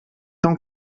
temps